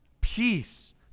peace